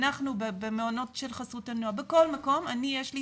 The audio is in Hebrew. אנחנו במעונות של חסות הנוער ובכל מקום-אני יש לי